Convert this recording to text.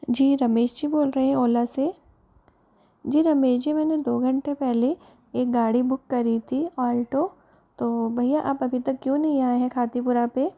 जी रमेश जी बोल रहे हैं ओला से जी रमेश जी मैं ने दो घंटे पहले एक गाड़ी बुक करी थी आल्टो तो भैया आप अभी तक क्यों नहीं आए हैं खातीपूरा पे